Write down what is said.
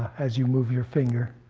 as you move your finger.